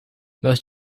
most